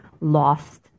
lost